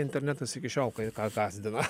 internetas iki šiol kai ką gąsdina